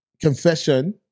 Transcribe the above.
confession